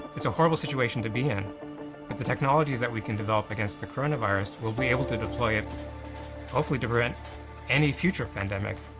it's a horrible situation to be in, but the technologies that we can develop against the coronavirus, we'll be able to deploy it hopefully prevent any future pandemic.